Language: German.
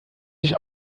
sich